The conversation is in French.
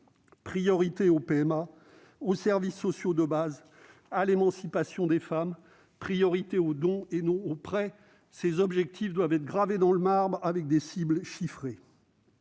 avancés (PMA), aux services sociaux de base, à l'émancipation des femmes, aux dons et non aux prêts. Ces objectifs doivent être gravés dans le marbre avec des cibles chiffrées.